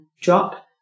drop